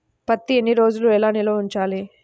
పత్తి ఎన్ని రోజులు ఎలా నిల్వ ఉంచాలి?